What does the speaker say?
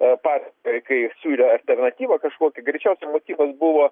partijai kai siūlė alternatyvą kažkokią greičiausia motyvas buvo